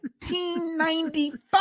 1995